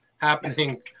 happening